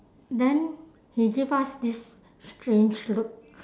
then he give us this strange look